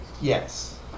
Yes